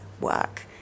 work